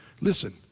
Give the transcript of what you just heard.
Listen